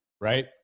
right